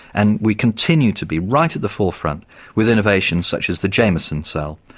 and we continue to be right at the forefront with innovations such as the jameson cell,